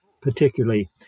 particularly